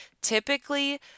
typically